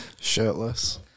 Shirtless